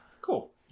Cool